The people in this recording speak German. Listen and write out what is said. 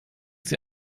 sie